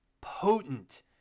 potent